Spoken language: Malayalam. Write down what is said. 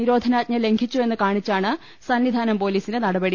നിരോധനാജ്ഞ ലംഘിച്ചുവെന്ന് കാണിച്ചാണ് സന്നിധാനം പോലീസിന്റെ നടപടി